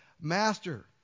Master